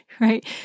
right